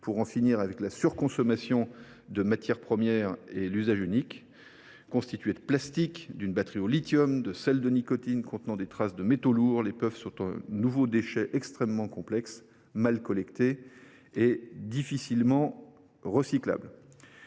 à en finir avec la surconsommation de matières premières comme avec l’usage unique. Constituées de plastique, d’une batterie au lithium, de sels de nicotine contenant des traces de métaux lourds, les puffs produisent un nouveau déchet extrêmement complexe, mal collecté et difficilement recyclable.